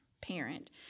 parent